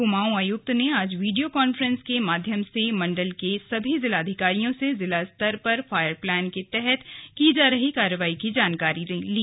कमाऊं आयक्त ने आज वीडियो कॉन्फ्रेंसिंग के माध्यम से मंडल के सभी जिलाधिकारियों से जिला स्तर पर फायर प्लान के तहत की जा रही कार्रवाई की जानकारी ली